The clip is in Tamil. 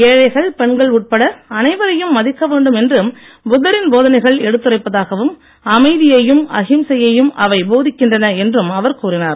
ஏழைகள் பெண்கள் உட்பட அனைவரையும் மதிக்க வேண்டும் என்று புத்தரின் போதனைகள் எடுத்துரைப்பதாகவும் அமைதியையும் அகிம்சையையும் அவை போதிக்கின்றன என்றும் அவர் கூறினார்